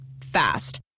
Fast